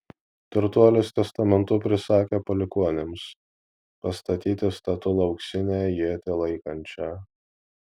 turtuolis testamentu prisakė palikuonims pastatyti statulą auksinę ietį laikančią